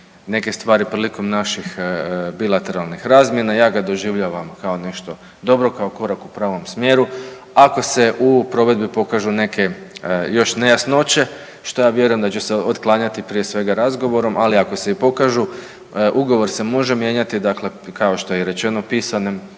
neke stvari prilikom naših bilateralnih razmjena. Ja ga doživljavam kao nešto dobro, kao korak u pravom smjeru ako se u provedbi pokažu neke još nejasnoće što ja vjerujem da će se otklanjati prije svega razgovorom. Ali ako se i pokažu ugovor se može mijenjati dakle kao što je i rečeno pisanim